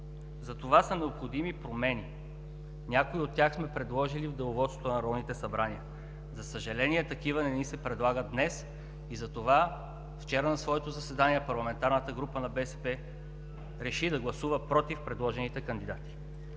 Затова са необходими промени, някои от тях сме предложили в Деловодството на Народното събрание. За съжаление, такива не ни се предлагат днес и затова вчера на своето заседание парламентарната група на БСП реши да гласува „против“ предложените кандидати.